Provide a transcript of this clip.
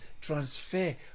transfer